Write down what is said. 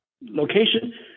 location